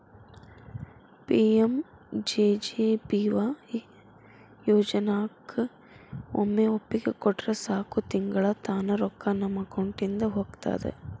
PMJJBY ಯೋಜನಾಕ ಒಮ್ಮೆ ಒಪ್ಪಿಗೆ ಕೊಟ್ರ ಸಾಕು ತಿಂಗಳಾ ತಾನ ರೊಕ್ಕಾ ನಮ್ಮ ಅಕೌಂಟಿದ ಹೋಗ್ತದ